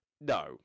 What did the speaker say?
No